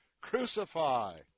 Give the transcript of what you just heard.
Crucify